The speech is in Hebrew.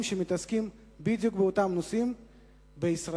שמתעסקים בדיוק באותם נושאים בישראל,